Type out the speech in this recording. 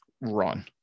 run